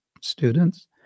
students